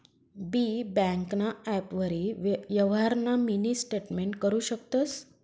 बी ब्यांकना ॲपवरी यवहारना मिनी स्टेटमेंट करु शकतंस